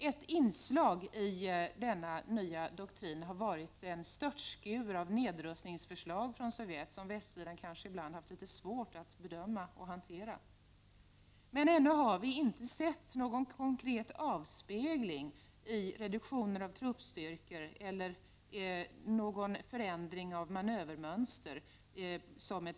Ett inslag i den nya doktrinen har varit en störtskur av nedrustningsförslag från Sovjet, som västsidan kanske ibland har haft litet svårt att bedöma och hantera. Hitills har vi inte sett någon konkret avspegling i en reduktion av truppstyrkor eller någon förändring av manövermönster.